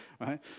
right